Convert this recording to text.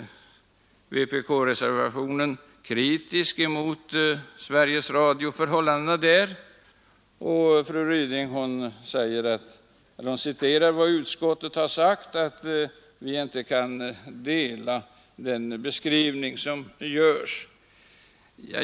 Vpk-reservationen är kritisk mot förhållandena på Sveriges Radio, och fru Ryding citerade vad utskottet har anfört, nämligen att vi inte kan instämma i den beskrivning som görs.